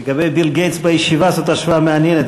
לגבי ביל גייטס בישיבה, זו השוואה מעניינת.